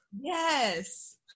Yes